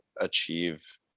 achieve